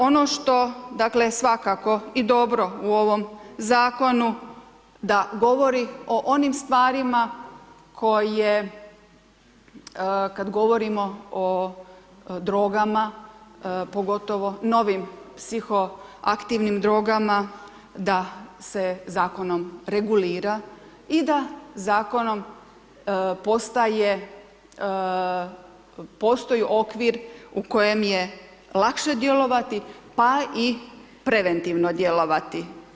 Ono što dakle, svakako i dobro u ovom zakonu, da govori o onim stvarima, koje kada govorimo o drogama, pogotovo o novim psihoaktivnim drogama, da se zakonom regulira i da zakonom postaje postoji okvir u kojem je lakše djelovati, pa i preventivno djelovati.